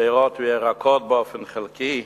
פירות וירקות באופן חלקי,